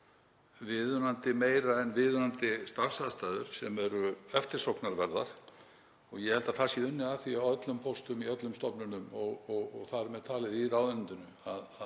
góðar og meira en viðunandi starfsaðstæður sem eru eftirsóknarverðar. Ég held að það sé unnið að því á öllum póstum í öllum stofnunum og þar með talið í ráðuneytinu